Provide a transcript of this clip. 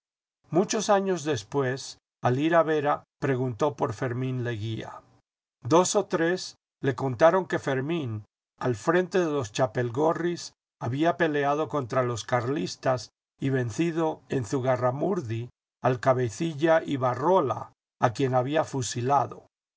muchos años después al ir a vera preguntó por fermín leguía dos o tres le contaron que fermín al frente de los chapelgorris había peleado contra los carlistas y vencido en zugarramurdi al cabecilla ibarrola a quien había fusilado